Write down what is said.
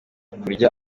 kurya